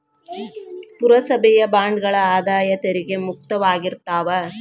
ಪುರಸಭೆಯ ಬಾಂಡ್ಗಳ ಆದಾಯ ತೆರಿಗೆ ಮುಕ್ತವಾಗಿರ್ತಾವ